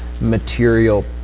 material